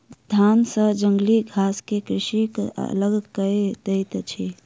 धान सॅ जंगली घास के कृषक अलग कय दैत अछि